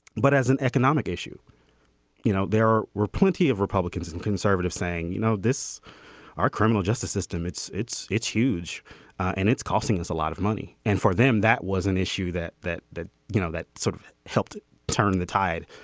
but as an economic issue you know there were plenty of republicans and conservatives saying you know this our criminal justice system it's it's it's huge and it's costing us a lot of money. and for them that was an issue that that you know that sort of helped turn the tide.